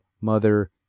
mother